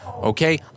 Okay